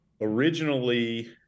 originally